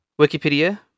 Wikipedia